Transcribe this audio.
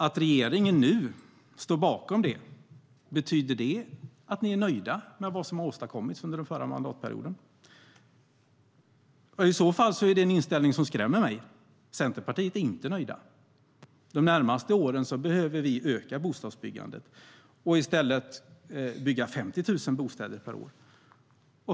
Att regeringen nu står bakom det, betyder det att ni är nöjda med vad som har åstadkommits under den förra mandatperioden? De närmaste åren behöver vi öka bostadsbyggandet och i stället bygga 50 000 bostäder per år.